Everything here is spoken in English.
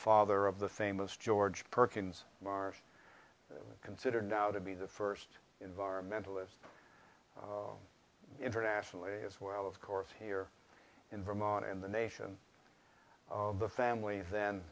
father of the famous george perkins mars consider now to be the first environmentalist internationally as well of course here in vermont and the nation of the family th